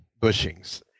bushings